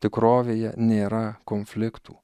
tikrovėje nėra konfliktų